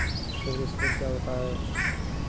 CIBIL score क्या होता है?